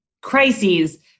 crises